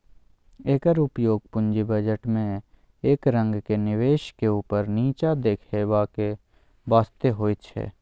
एकर उपयोग पूंजी बजट में एक रंगक निवेश के ऊपर नीचा देखेबाक वास्ते होइत छै